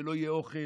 כשלא יהיה אוכל,